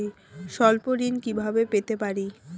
স্বল্প ঋণ কিভাবে পেতে পারি?